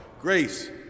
grace